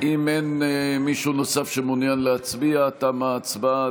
אם אין מישהו נוסף שמעוניין להצביע, תמה ההצבעה.